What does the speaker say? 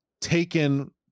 taken